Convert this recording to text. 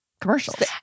commercials